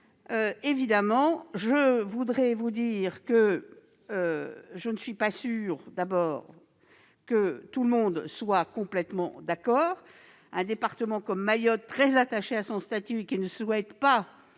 d'outre-mer. Je ne suis pas sûre que tout le monde soit complètement d'accord. Un département comme Mayotte, très attaché à son statut, qui ne souhaite pas